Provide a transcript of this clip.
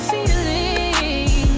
Feeling